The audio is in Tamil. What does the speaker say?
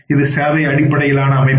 இது சேவை அடிப்படையிலான அமைப்பு